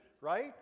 right